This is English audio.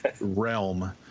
realm